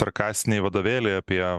karkasiniai vadovėliai apie